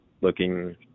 looking